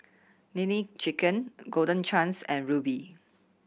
Nene Chicken Golden Chance and Rubi